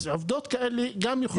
אז עובדות כאלה גם יכולות.